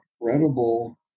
incredible